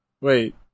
Wait